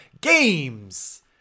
games